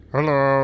Hello